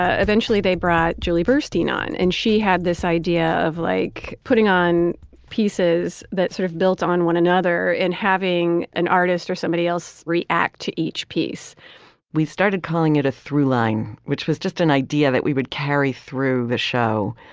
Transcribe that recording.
ah eventually they brought julie burstein on and she had this idea of like putting on pieces that sort of built on one another and having an artist or somebody else react to each piece we've started calling it a throughline, which was just an idea that we would carry through the show.